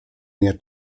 nie